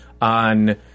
on